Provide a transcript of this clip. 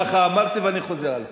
ככה אמרתי ואני חוזר על זה.